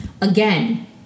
Again